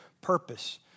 purpose